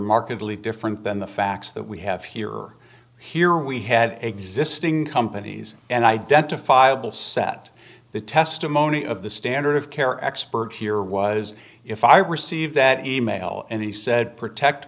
markedly different than the facts that we have here or here we had existing companies and identifiable set the testimony of the standard of care expert here was if i received that e mail and he said protect